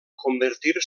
convertir